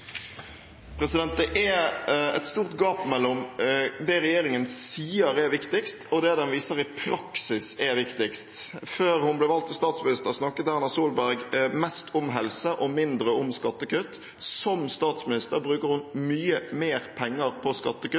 et stort gap mellom det regjeringen sier er viktigst, og det den i praksis viser er viktigst. Før Erna Solberg ble valgt til statsminister, snakket hun mest om helse og mindre om skattekutt. Som statsminister bruker hun mye mer penger på skattekutt